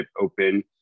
open